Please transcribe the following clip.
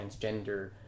transgender